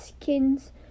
skins